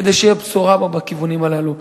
כדי שתהיה בשורה בכיוונים הללו.